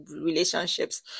relationships